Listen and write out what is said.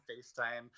FaceTime